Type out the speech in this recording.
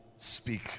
Speak